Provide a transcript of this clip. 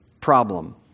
problem